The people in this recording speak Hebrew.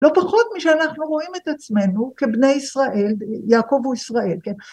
לא פחות משאנחנו רואים את עצמנו כבני ישראל יעקב וישראל